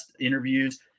interviews